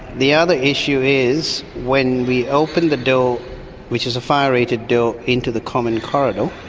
the other issue is when we open the door which is a fire-rated door into the common corridor,